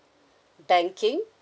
banking